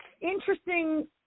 interesting